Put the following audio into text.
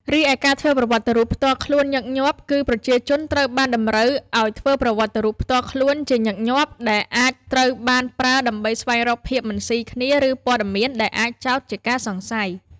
រីឯការធ្វើប្រវត្តិរូបផ្ទាល់ខ្លួនញឹកញាប់គឺ ប្រជាជនត្រូវបានតម្រូវឱ្យធ្វើប្រវត្តិរូបផ្ទាល់ខ្លួនជាញឹកញាប់ ដែលអាចត្រូវបានប្រើដើម្បីស្វែងរកភាពមិនស៊ីគ្នា ឬព័ត៌មានដែលអាចចោទជាការសង្ស័យ។